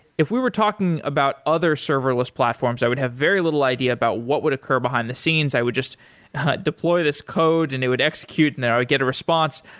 if we were talking about other serverless platforms, i would have very little idea about what would occur behind the scenes. i would just deploy this code and it would execute and i would get a response.